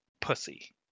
pussy